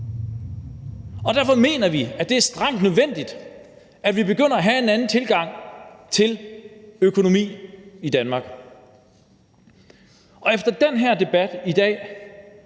Derfor mener vi, at det er strengt nødvendigt, at vi begynder at have en anden tilgang til økonomi i Danmark. Og efter den her debat i dag